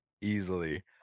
easily